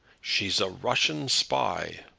she's a russian spy.